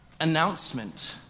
announcement